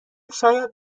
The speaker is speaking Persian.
شاید